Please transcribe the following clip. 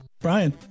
Brian